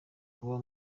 kuba